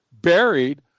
buried